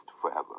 forever